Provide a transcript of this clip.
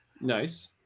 Nice